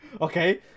okay